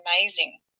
amazing